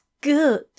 Good